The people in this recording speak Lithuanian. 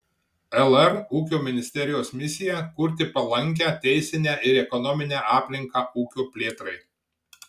lr ūkio ministerijos misija kurti palankią teisinę ir ekonominę aplinką ūkio plėtrai